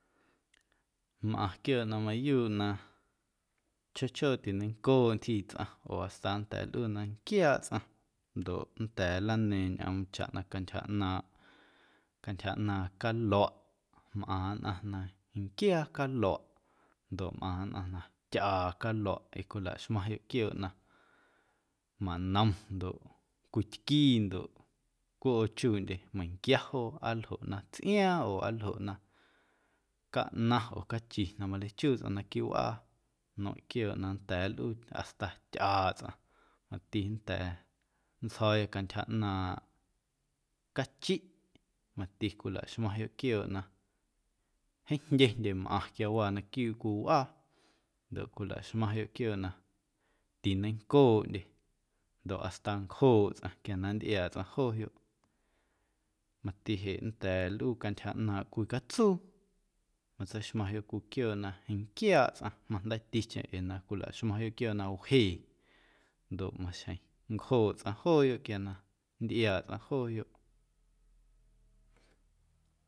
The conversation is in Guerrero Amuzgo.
Mꞌaⁿ quiooꞌ na mayuuꞌ na chjoo chjoo tineiⁿncooꞌ ntyjii tsꞌaⁿ oo hasta nnda̱a̱ nlꞌuu na nquiaaꞌ tsꞌaⁿ ndoꞌ nnda̱a̱ nlana̱a̱ⁿ ñꞌoom chaꞌ na cantyja ꞌnaaⁿꞌ, cantyja ꞌnaaⁿꞌ caluaꞌ mꞌaⁿ nnꞌaⁿ na nquiaa caluaꞌ ndoꞌ mꞌaⁿ nnꞌaⁿ na tyꞌaa caluaꞌ ee cwilaxmaⁿyoꞌ quiooꞌ na manom ndoꞌ cwitquii ndoꞌ coꞌoochuuꞌndye meiⁿnquia joo aa ljoꞌ na tsꞌiaaⁿ oo aa ljoꞌ na caꞌnaⁿ oo cachi na maleichuu tsꞌaⁿ naquiiꞌ wꞌaa nmeiⁿꞌ quiooꞌ na nnda̱a̱ nlꞌuu hasta tyꞌaaꞌ tsꞌaⁿ mati nnda̱a̱ nntsjo̱o̱ya cantyja ꞌnaaⁿꞌ cachiꞌ mati cwilaxmaⁿyoꞌ quiooꞌ na jeeⁿ jndyendye mꞌaⁿ quiawaa naquiiꞌ cwii wꞌaa ndoꞌ cwuilaꞌxmaⁿyoꞌ quiooꞌ na tineiⁿncooꞌndye ndoꞌ hasta ncjooꞌ tsꞌaⁿ quiana nntꞌiaaꞌ tsꞌaⁿ jooyoꞌ mati jeꞌ nnda̱a̱ nlꞌuu cantyja ꞌnaaⁿꞌ cwii catsuu matseixmaⁿyoꞌ cwii quiooꞌ na nquiaaꞌ tsꞌaⁿ majndeiiticheⁿ ee na cwilaxmaⁿyoꞌ quiooꞌ na wjee ndoꞌ maxjeⁿ ncjooꞌ tsꞌaⁿ jooyoꞌ quia na nntꞌiaaꞌ tsꞌaⁿ jooyoꞌ.